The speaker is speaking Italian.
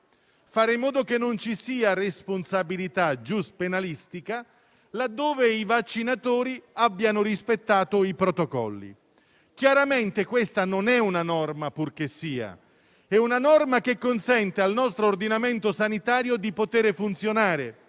facendo in modo che non ci sia responsabilità giuspenalistica laddove i vaccinatori abbiano rispettato i protocolli. Chiaramente questa non è una norma qualsiasi, in quanto consente al nostro ordinamento sanitario di funzionare,